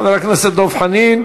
חבר הכנסת דב חנין,